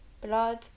blood